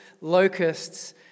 locusts